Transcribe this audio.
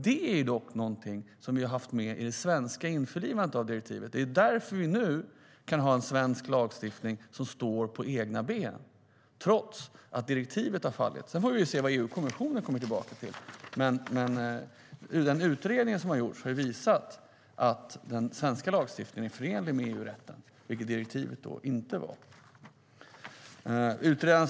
Det är dock någonting som vi har haft med i det svenska införlivandet av direktivet. Det är därför som vi nu kan ha en svensk lagstiftning som står på egna ben trots att direktivet har fallit. Sedan får vi se vad EU-kommissionen kommer tillbaka med. Men den utredning som har gjorts har visat att den svenska lagstiftningen är förenlig med EU-rätten, vilket direktivet inte var.